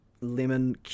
lemon